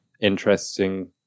interesting